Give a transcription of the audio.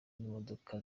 n’imodoka